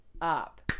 up